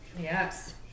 Yes